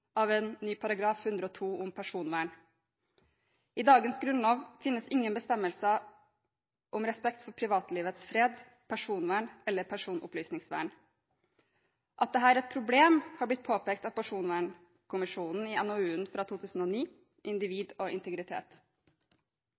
av en ny § 102 om personvern. I dagens grunnlov finnes det ingen bestemmelser om respekten for privatlivets fred, personvern eller personopplysningsvern. At dette er et problem, har blitt påpekt av Personvernkommisjonen i NOU-en fra 2009, Individ og integritet.